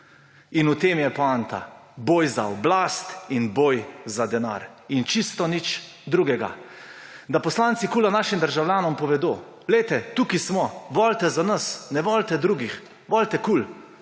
In v tem je poanta. Boj za oblast in boj za denar, čisto nič druga. Da poslanci KUL našim državljanom povedo: »Glejte, tukaj smo, volite za nas, ne volite drugih, volite KUL.«